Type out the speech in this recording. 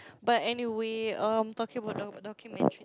but anyway um talking about the documentary